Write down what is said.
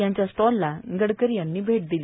यांच्या स्टॉलला गडकरी यांनी भेट दिली